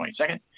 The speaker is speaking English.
22nd